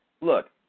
look